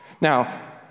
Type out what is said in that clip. Now